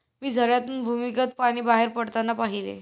मी झऱ्यातून भूमिगत पाणी बाहेर पडताना पाहिले